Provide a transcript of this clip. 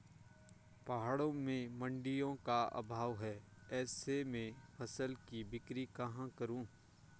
पहाड़ों में मडिंयों का अभाव है ऐसे में फसल की बिक्री कहाँ करूँ?